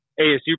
ASU